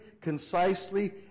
concisely